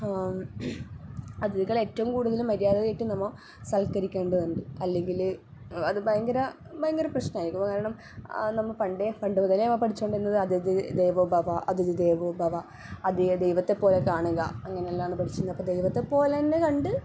അതിഥികളെ ഏറ്റവും കൂടുതല് മര്യാദ ആയിട്ട് നമ്മൾ സൽക്കരിക്കേണ്ടതുണ്ട് അല്ലെങ്കില് അത് ഭയങ്കര ഭയങ്കര പ്രശ്നമായിരിക്കും കാരണം നമ്മൾ പണ്ടേ പണ്ട് മുതലേ പഠിച്ചോണ്ടിരുന്നത് അതിഥി ദേവോ ഭവ അഥിതി ദേവോ ഭവ അതിഥിയെ ദൈവത്തെ പോലെ കാണുക അങ്ങനെല്ലാം പഠിച്ചത് അപ്പോൾ ദൈവത്തെ പോലെ തന്നെ കണ്ട്